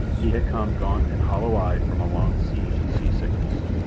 he had come gaunt and hollow-eyed from a long siege of sea-sickness.